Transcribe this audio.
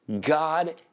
God